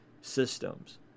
systems